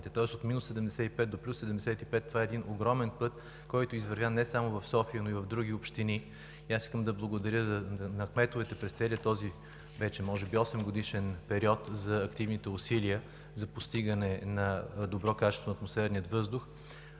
Тоест от минус 75 до плюс 75 – това е един огромен път, който е извървян не само в София, но и в други общини. Искам да благодаря на кметовете през целия този, вече може би осемгодишен период за активните усилия за постигане на добро качество на атмосферния въздух.